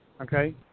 okay